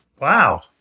Wow